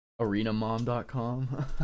Arenamom.com